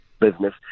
business